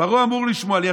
פרעה אמור לשמוע לי,